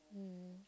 mm